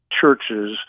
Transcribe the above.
churches